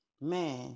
man